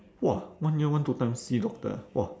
!wah! one year one two time see doctor ah !wah!